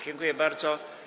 Dziękuję bardzo.